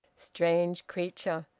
strange creature!